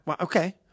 okay